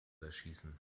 erschießen